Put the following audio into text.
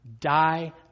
Die